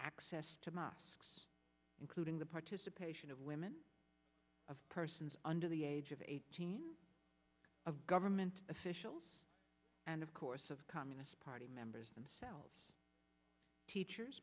access to mosques including the participation of women of persons under the age of eighteen of government officials and of course of communist party members themselves teachers